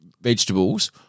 vegetables